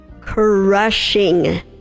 Crushing